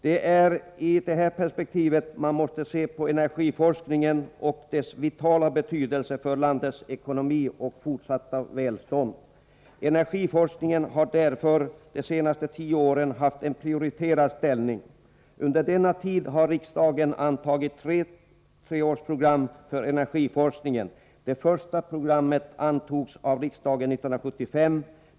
Det är i detta perspektiv man måste se på energiforskningen och dess vitala betydelse för landets ekonomi och fortsatta välstånd. Energiforskningen har därför de senaste tio åren haft en prioriterad ställning. Under denna tid har riksdagen antagit tre treårsprogram för energiforskningen. Det första programmet antogs av riksdagen 1975.